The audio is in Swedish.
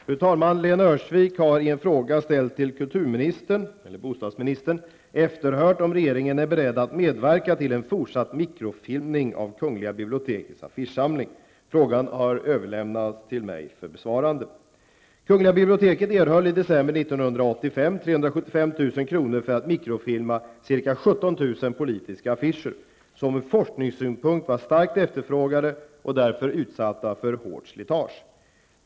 Fru talman! Lena Öhrsvik har i en fråga ställd till kulturministern efterhört om regeringen är beredd att medverka till en fortsatt mikrofilmning av Frågan har överlämnats till mig för besvarande. kr. för att mikrofilma ca 17 000 politiska affischer, som ur forskningssynpunkt var starkt efterfrågade och därför utsatta för hårt slitage.